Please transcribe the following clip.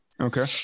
okay